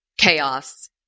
chaos